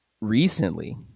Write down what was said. recently